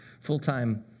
full-time